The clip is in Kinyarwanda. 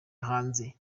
hanze